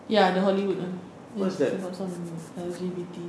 ya the hollywood one like some L_G_B_T